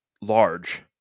large